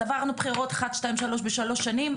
אז עברנו בחירות שלוש בשלוש שנים,